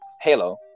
halo